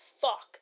fuck